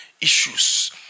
issues